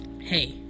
hey